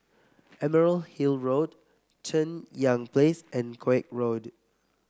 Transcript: Emerald Hill Road Cheng Yan Place and Koek Road